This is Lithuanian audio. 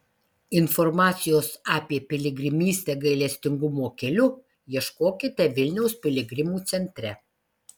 informacijos apie piligrimystę gailestingumo keliu ieškokite vilniaus piligrimų centre